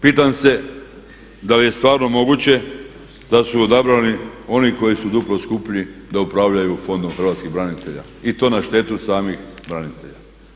Pitam se da li je stvarno moguće da su odabrani oni koji su duplo skuplji da upravljaju Fondom hrvatskih branitelja i to na štetu samih branitelja.